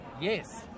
yes